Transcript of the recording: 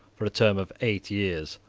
for a term of eight years,